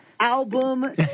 Album